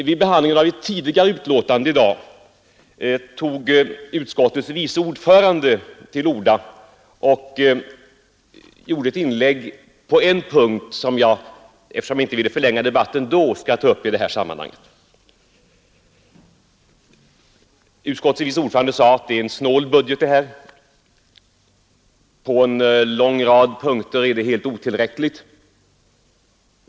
Vid behandlingen av ett tidigare betänkande i dag tog utskottets vice ordförande till orda och gjorde ett inlägg på en punkt som jag — eftersom jag inte ville förlänga debatten då — skall ta upp i detta sammanhang. Utskottets vice ordförande sade att det här är en snål budget; på en lång rad punkter är den helt otillräcklig.